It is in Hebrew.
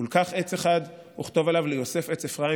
ולקח עץ אחד וכתוב עליו ליוסף עץ אפרים